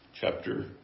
chapter